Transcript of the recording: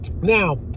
Now